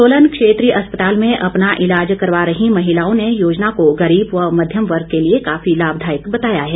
सोलन क्षेत्रीय अस्पताल में अपना इलाज करवा रही महिलाओं ने योजना को गरीब व मध्यम वर्ग के लिए काफी लाभदायक बताया है